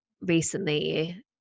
recently